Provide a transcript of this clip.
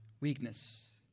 weakness